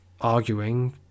arguing